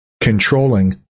controlling